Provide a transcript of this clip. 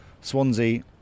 Swansea